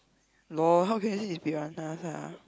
no how can you say it's piranhas lah